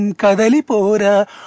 kadalipora